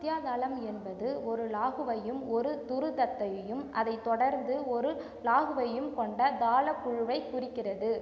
மத்தியாதலம் என்பது ஒரு லாகுவையும் ஒரு துருத்தத்தையும் அதைத் தொடர்ந்து ஒரு லாகுவையும் கொண்ட தாளக் குழுவைக் குறிக்கிறது